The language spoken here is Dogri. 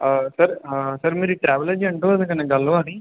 सर सर मेरी ट्रैवल एजेंट होरें कन्नै गल्ल होआ दी